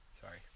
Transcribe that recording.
Sorry